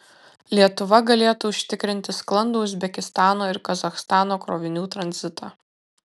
lietuva galėtų užtikrinti sklandų uzbekistano ir kazachstano krovinių tranzitą